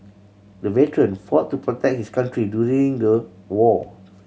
the veteran fought to protect his country during the war